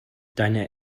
deine